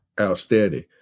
Outstanding